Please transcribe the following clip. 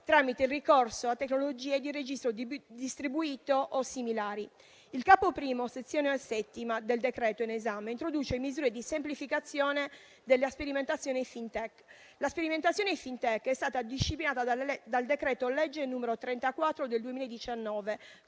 tramite il ricorso a tecnologie di registro distribuito o similari. Il Capo I, Sezione VII, del decreto-legge in esame introduce misure di semplificazione della sperimentazione FinTech. La sperimentazione FinTech è stata disciplinata dal decreto-legge n. 34 del 2019